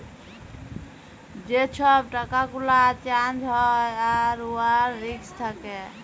যে ছব টাকা গুলা চ্যাঞ্জ হ্যয় আর উয়ার রিস্ক থ্যাকে